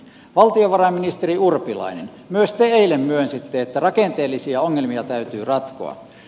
valtiovarainministeri urpilainen myös te eilen myönsitte että rakenteellisia ongelmia täytyy ratkoa